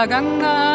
Ganga